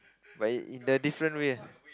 but in in their different way